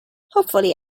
hopefully